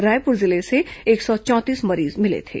रायपुर जिले से एक सौ चौंतीस मरीज मिले थे